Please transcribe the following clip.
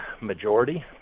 majority